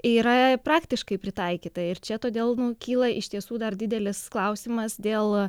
yra praktiškai pritaikyta ir čia todėl mum kyla iš tiesų dar didelis klausimas dėl